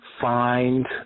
find